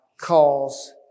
calls